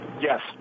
Yes